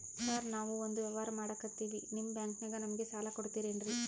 Sir ನಾವು ಒಂದು ವ್ಯವಹಾರ ಮಾಡಕ್ತಿವಿ ನಿಮ್ಮ ಬ್ಯಾಂಕನಾಗ ನಮಿಗೆ ಸಾಲ ಕೊಡ್ತಿರೇನ್ರಿ?